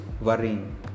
worrying